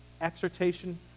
exhortation